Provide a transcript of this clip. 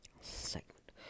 segment